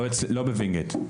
לא בווינגיט.